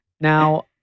Now